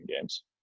games